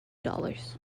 dollars